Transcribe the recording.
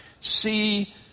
see